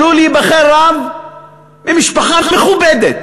עלול להיבחר רב ממשפחה מכובדת.